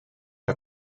der